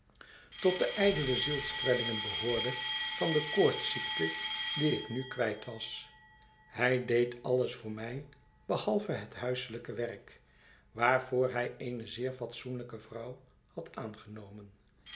tot de ijdele zielskwellingen behoorde van de koortsziekte die ik nu kwijt was hij deed alles voor mij behalve het huiselijke werk waarvoor hij eene zeer fatsoenlijke vrouw had aangenomen